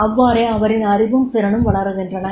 அவ்வாறே அவரின் அறிவும் திறனும் வளருகின்றன